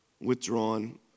withdrawn